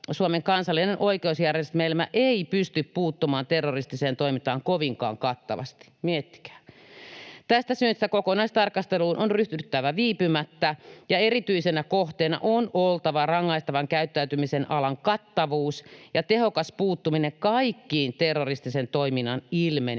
Suomen kansallinen oikeusjärjestelmä ei pysty puuttumaan terroristiseen toimintaan kovinkaan kattavasti — miettikää. Tästä syystä kokonaistarkasteluun on ryhdyttävä viipymättä ja erityisenä kohteena on oltava rangaistavan käyttäytymisen alan kattavuus ja tehokas puuttuminen kaikkiin terroristisen toiminnan ilmenemismuotoihin.